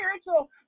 spiritual